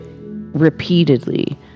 repeatedly